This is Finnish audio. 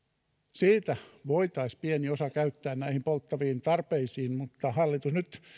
siitä voitaisiin pieni osa käyttää näihin polttaviin tarpeisiin mutta hallitus nyt